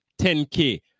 10k